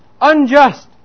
unjust